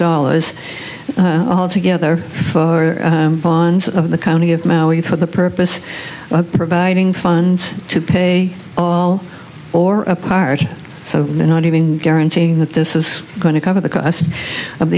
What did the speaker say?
dollars all together bonds of the county of maui for the purpose of providing funds to pay all or part so they're not even guaranteeing that this is going to cover the cost of